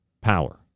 power